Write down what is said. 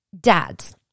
dads